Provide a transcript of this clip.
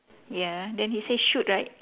ya then he say shoot right